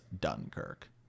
Dunkirk